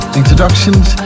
introductions